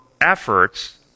efforts